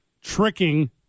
tricking